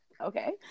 Okay